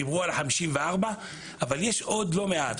דיברו על 54 אבל יש עוד לא מעט.